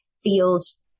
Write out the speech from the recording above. feels